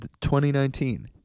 2019